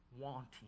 wanting